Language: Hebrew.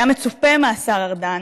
היה מצופה מהשר ארדן,